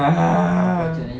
ah